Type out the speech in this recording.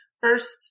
first